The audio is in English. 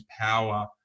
power